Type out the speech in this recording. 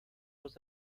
was